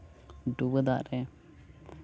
ᱰᱩᱵᱟᱹ ᱫᱟᱜ ᱨᱮ